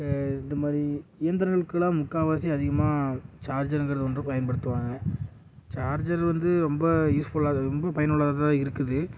இந்த மாதிரி இயந்திரங்களுக்குலாம் முக்கால்வாசி அதிகமாக சார்ஜருங்கறது வந்து பயன்படுத்துவாங்க சார்ஜர் வந்து ரொம்ப யூஸ்ஃபுல்லா ரொம்ப பயனுள்ளதாக தான் இருக்குது